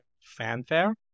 fanfare